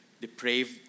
Depraved